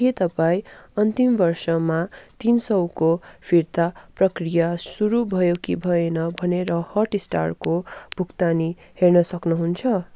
के तपाईँ अन्तिम वर्षमा तिन सौको फिर्ता प्रक्रिया सुरु भयो कि भएन भनेर हटस्टारको भुकतानी हेर्न सक्नुहुन्छ